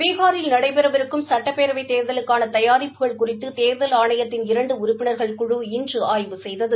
பீனாில் நடைபெறவிருக்கும் சட்டப்பேரவைத் தேர்தலுக்கான தயாரிப்புகள் குறித்து தேர்தல் ஆணையத்தின் இரண்டு உறுப்பினா்கள் குழு இன்று ஆய்வு செய்தது